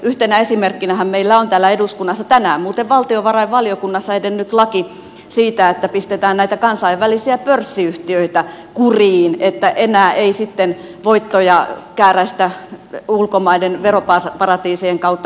yhtenä esimerkkinähän meillä on täällä eduskunnassa tänään muuten valtiovarainvaliokunnassa edennyt laki siitä että pistetään näitä kansainvälisiä pörssiyhtiöitä kuriin muun muassa näitä terveyspalveluja tuottavia hoivayhtiöitä niin että enää ei sitten voittoja kääräistä ulkomaiden veroparatiisien kautta